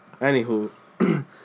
Anywho